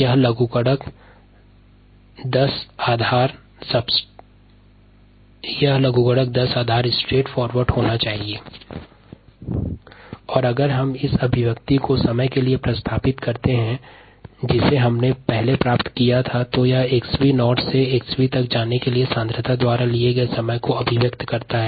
t2303kdxv0xv अगर हम इस अभिव्यक्ति को समय के साथ प्रतिस्थापित करते हैं तो यह सांद्रता के 𝑥𝑣 नाट से 𝑥𝑣 तक जाने के लिए आवश्यक समय को अभिव्यक्त करता है